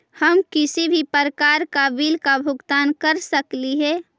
हम किसी भी प्रकार का बिल का भुगतान कर सकली हे?